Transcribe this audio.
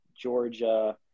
Georgia